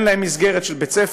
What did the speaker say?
אין להם מסגרת של בית-ספר,